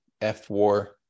F-War